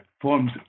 forms